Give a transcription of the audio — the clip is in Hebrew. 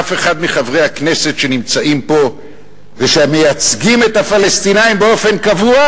אף אחד מחברי הכנסת שנמצאים פה ושמייצגים את הפלסטינים באופן קבוע,